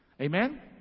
Amen